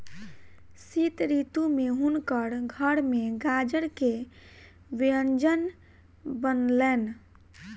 शीत ऋतू में हुनकर घर में गाजर के व्यंजन बनलैन